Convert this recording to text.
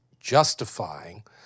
justifying